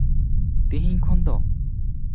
ᱛᱤᱦᱤᱧ ᱠᱷᱚᱱ ᱫᱚ